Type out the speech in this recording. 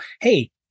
hey